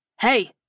Hey